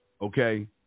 okay